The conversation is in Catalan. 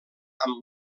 amb